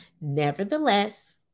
Nevertheless